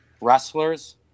wrestlers